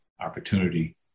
opportunity